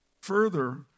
further